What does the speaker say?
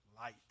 light